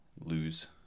lose